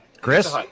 Chris